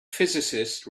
physicist